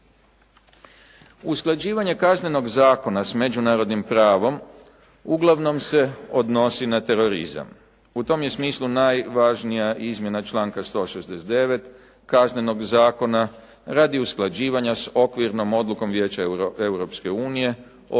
Usklađivanje Kaznenog zakona s međunarodnim pravom uglavnom se odnosi na terorizam. U tom je smislu najvažnija izmjena članka 169. Kaznenog zakona radi usklađivanja s okvirnom odlukom Vijeća Europske unije o